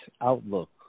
outlook